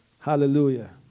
Hallelujah